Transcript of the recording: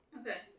Okay